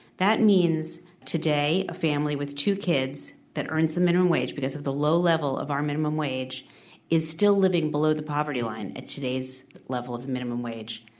that means that today, a family with two kids that earns the minimum wage because of the low level of our minimum wage is still living below the poverty line at today's level of the minimum wage.